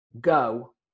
go